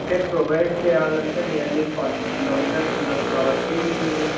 అంటే ప్రొవైడ్ చేయాలంటే nearly forty kilometres ఉండచ్చు కాబట్టి